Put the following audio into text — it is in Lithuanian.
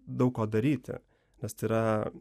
daug ko daryti nes tai yra